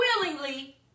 willingly